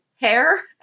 Hair